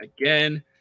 again